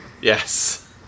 Yes